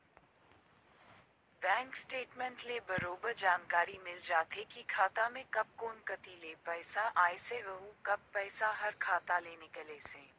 bank statement ले बरोबर जानकारी मिल जाथे की खाता मे कब कोन कति ले पइसा आइसे अउ कब पइसा हर खाता ले निकलिसे